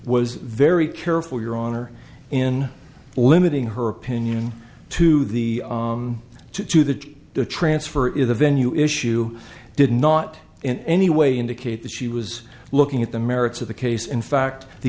was very careful your honor in limiting her opinion to the to the transfer in the venue issue did not in any way indicate that she was looking at the merits of the case in fact the